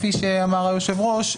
כפי שאמר היושב-ראש,